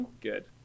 Good